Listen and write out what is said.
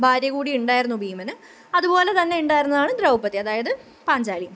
ഭാര്യ കൂടി ഉണ്ടായിരുന്നു ഭീമന് അതുപോലെ തന്നെ ഉണ്ടായിരുന്നതാണ് ദ്രൗപദി അതായത് പാഞ്ചാലി